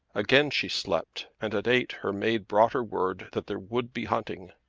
again she slept and at eight her maid brought her word that there would be hunting.